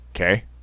Okay